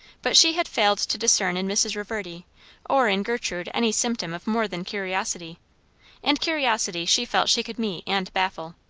but she had failed to discern in mrs. reverdy or in gertrude any symptom of more than curiosity and curiosity she felt she could meet and baffle.